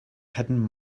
hidden